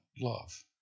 love